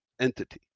entity